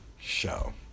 show